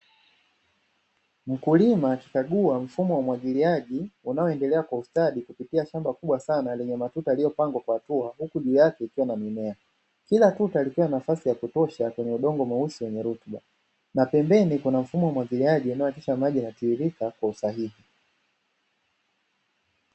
Mkulima akikagua mfumo wa umwagiliaji unaoendelea kwa ustadi kupitia shamba kubwa sana lenye matuta yaliyopangwa kwa hatua, huku juu yake kukiwa na mimea, kila tuta likiwa na nafasi ya kutosha udongo mweusi wenye rutuba, na pembeni mfumo wa umwagiliaji unaohakikisha maji yanatiririka kwa usahihi.